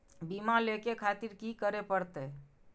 बीमा लेके खातिर की करें परतें?